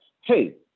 hey